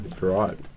right